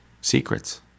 secrets